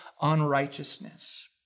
unrighteousness